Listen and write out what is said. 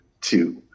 two